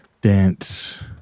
dance